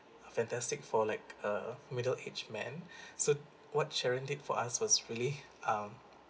fantastic for like a middle age man so what sharon did for us was really um